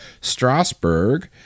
Strasbourg